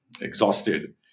exhausted